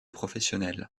professionnels